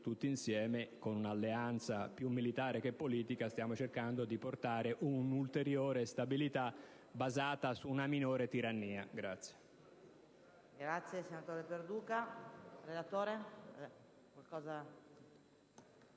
tutti insieme, con un'alleanza più militare che politica, stiamo cercando di portare un'ulteriore stabilità basata su una minore tirannia.